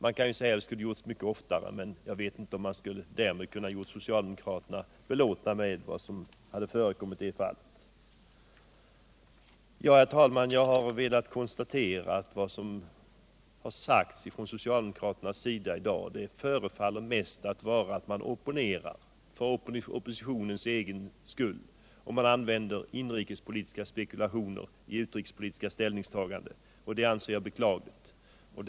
Det kan sägas att det borde ha gjorts mycket oftare, men jag vet inte om man därmed hade kunnat göra socialdemokraterna belåtna. Herr talman! Vad som har sagts från socialdemokraternas sida i dag förefaller mest vara att man opponerar för oppositionens egen skull. Man använder inrikespolitiska spekulationer i utrikespolitiska ställningstaganden, och det anser jag beklagligt.